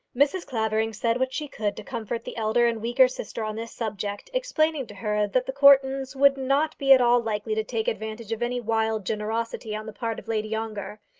mrs. clavering said what she could to comfort the elder and weaker sister on this subject, explaining to her that the courtons would not be at all likely to take advantage of any wild generosity on the part of lady ongar,